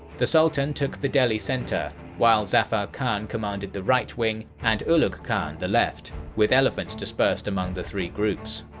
the sultan took the delhi center, while zafar khan commanded the right wing and ulugh khan the left, with elephants dispersed dispersed among the three groups.